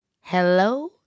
Hello